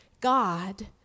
God